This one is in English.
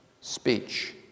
speech